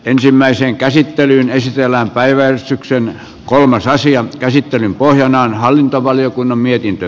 ensimmäiseen käsittelyyn ei sisällä päiväystyksen kolmas aasian käsittelyn pohjana on hallintovaliokunnan mietintö